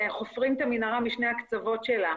חופרים את המנהרה משני הקצוות שלה.